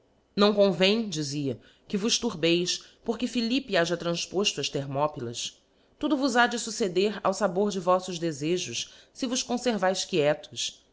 demosthenes convém dizia que vos turbeis porque philippe haja tranfpofto as thermopylas tudo vos ha de fucceder ao fabor de voffos defejos fe vos confervaes quietos